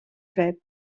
fred